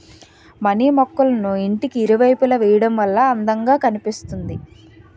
money మొక్కళ్ళను ఇంటికి ఇరువైపులా వేయడం వల్ల అందం గా కనిపిస్తుంది